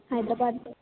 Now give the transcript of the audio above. హైదరాబాద్లో